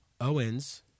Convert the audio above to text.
Owens